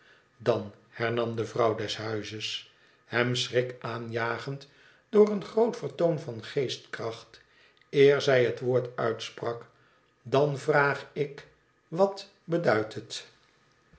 idan hernam de vrouw des huizes hem schrik aanjagend door een groot vertoon van geestkracht eer zij het woord uitsprak i dan vraag ik wat beduidt het